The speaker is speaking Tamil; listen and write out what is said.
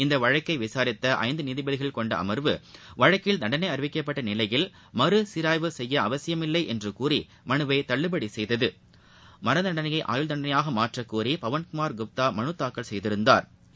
இந்த வழக்கை விசாரித்த ஐந்து நீதிபதிகள் கொண்ட அமா்வு வழக்கில் தண்டனை அறிவிக்கப்பட்ட நிலையில் மறு சீராய்வு செய்ய அவசியமில்லை என்று கூறி மனுவை தள்ளுபடி செய்தது மரண தண்டனையை ஆயுள் தண்டனையாக மாற்றக் கோரி பவன்குமார் குப்தா மலு தாக்கல் செய்திருந்தாா்